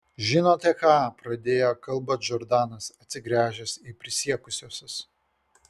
žinote ką pradėjo kalbą džordanas atsigręžęs į prisiekusiuosius